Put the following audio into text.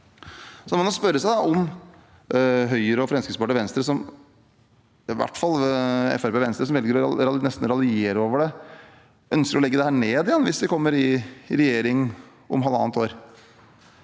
Man kan spørre seg om Høyre, Fremskrittspartiet og Venstre – i hvert fall Fremskrittspartiet og Venstre, som velger å nesten raljere over det – ønsker å legge dette ned igjen hvis de kommer i regjering om halvannet år.